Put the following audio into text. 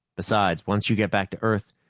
besides, once you get back to earth,